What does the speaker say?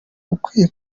ukwiye